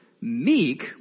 meek